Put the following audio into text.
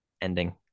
ending